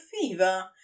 fever